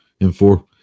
M4